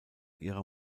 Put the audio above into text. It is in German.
ihrer